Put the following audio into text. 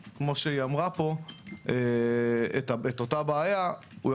להביא את זה ב-20 שקיות ואז אתה אומר: תחייב את הלקוח.